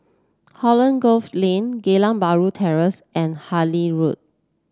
Holland Grove Lane Geylang Bahru Terrace and Harlyn Road